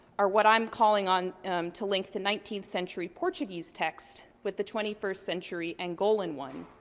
are what i'm calling on to link the nineteenth century portuguese text with the twenty first century angolan one.